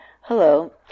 hello